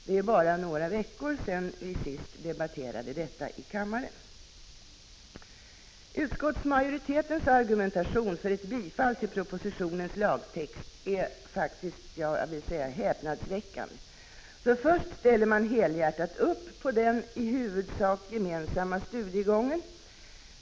Det är bara några veckor sedan vi senast debatterade detta i kammaren. Utskottsmajoritetens argumentation för ett bifall till propositionens lagtext är faktiskt häpnadsväckande. Först ställer man helhjärtat upp på den i huvudsak gemensamma studiegången.